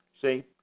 See